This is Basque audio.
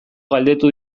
galdetu